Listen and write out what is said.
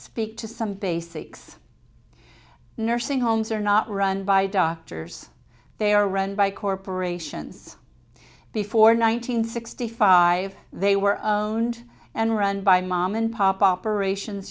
speak to some basics nursing homes are not run by doctors they are run by corporations before nine hundred sixty five they were of own and run by mom and pop operations